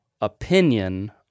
opinion